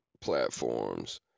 platforms